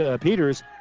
Peter's